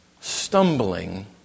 stumbling